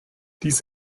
dies